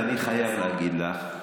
ואני חייב להגיד לך,